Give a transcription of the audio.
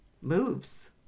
moves